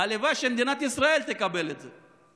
הלוואי שמדינת ישראל תקבל את זה.